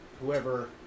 whoever